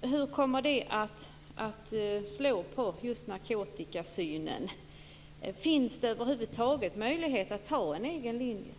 Hur kommer detta att slå på narkotikasynen? Finns det över huvud taget möjlighet att ha en egen linje?